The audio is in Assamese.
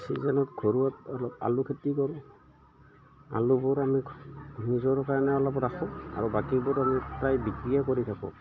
ছিজনত ঘৰুৱাত অলপ আলু খেতি কৰোঁ আলুবোৰ আমি নিজৰ কাৰণে অলপ ৰাখোঁ আৰু বাকীবোৰ আমি প্ৰায় বিক্ৰীয়ে কৰি থাকোঁ